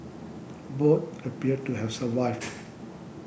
both appeared to have survived